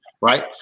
right